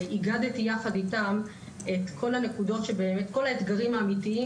ואיגדתי יחד איתם את כל האתגרים האמיתיים,